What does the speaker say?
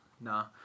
nah